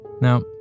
Now